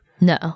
No